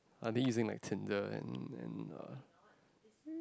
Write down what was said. are they using like Tinder and and uh